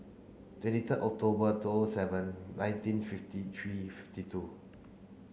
twenty third October two O O seven nineteen fifty three fifty two